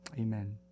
Amen